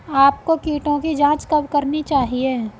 आपको कीटों की जांच कब करनी चाहिए?